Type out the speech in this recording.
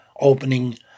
opening